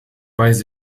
weiß